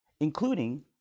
including